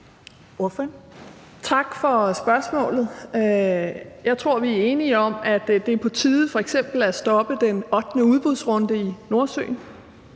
Tak for spørgsmålet. Jeg tror, vi er enige om, at det f.eks. er på tide at stoppe den ottende udbudsrunde i Nordsøen.